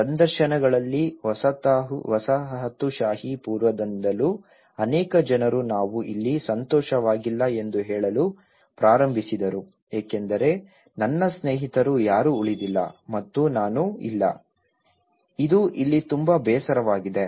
ಸಂದರ್ಶನಗಳಲ್ಲಿ ವಸಾಹತುಶಾಹಿ ಪೂರ್ವದಿಂದಲೂ ಅನೇಕ ಜನರು ನಾವು ಇಲ್ಲಿ ಸಂತೋಷವಾಗಿಲ್ಲ ಎಂದು ಹೇಳಲು ಪ್ರಾರಂಭಿಸಿದರು ಏಕೆಂದರೆ ನನ್ನ ಸ್ನೇಹಿತರು ಯಾರೂ ಉಳಿದಿಲ್ಲ ಮತ್ತು ನಾವು ಇಲ್ಲ ಇದು ಇಲ್ಲಿ ತುಂಬಾ ಬೇಸರವಾಗಿದೆ